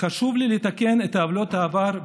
חשוב לי לתקן את עוולות העבר,